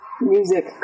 music